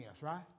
right